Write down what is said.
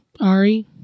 Ari